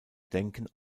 denken